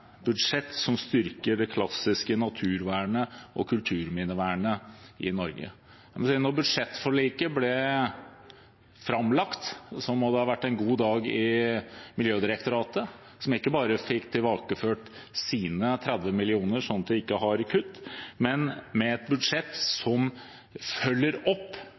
budsjett som styrker det klassiske naturvernet og kulturminnevernet i Norge. Da budsjettforliket ble framlagt, må det ha vært en god dag i Miljødirektoratet, som ikke bare fikk tilbakeført sine 30 mill. kr, slik at de ikke har kutt, men har et budsjett som følger opp